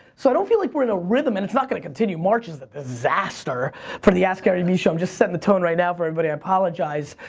so i don't feel like we're in a rhythm, and it's not gonna continue. march is a disaster for the askgaryvee show. i'm just setting the tone right now for everybody. i apologize,